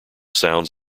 sounds